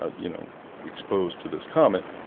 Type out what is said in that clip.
ah you know exposed to this comet?